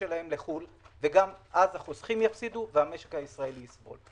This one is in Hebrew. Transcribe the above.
שלהם לחו"ל ואז החוסכים יפסידו וגם המשק הישראלי יסבול.